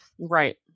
Right